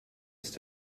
ist